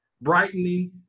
brightening